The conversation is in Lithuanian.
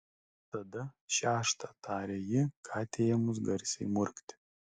tada šeštą tarė ji katei ėmus garsiai murkti